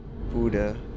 Buddha